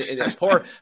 poor